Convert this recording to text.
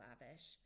lavish